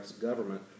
government